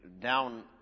down